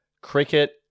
cricket